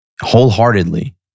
wholeheartedly